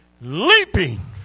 leaping